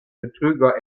betrüger